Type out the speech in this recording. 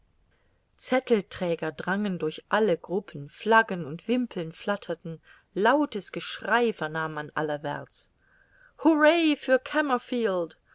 zettelträger drangen durch alle gruppen flaggen und wimpeln flatterten lautes geschrei vernahm man allerwärts hurrah für